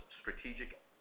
strategic